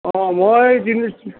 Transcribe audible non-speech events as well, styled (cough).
অঁ মই (unintelligible)